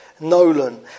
Nolan